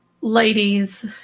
ladies